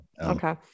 Okay